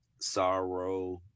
sorrow